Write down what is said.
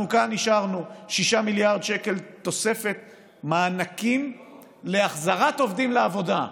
אנחנו כאן אישרנו 6 מיליארד שקל תוספת מענקים להחזרת עובדים לעבודה.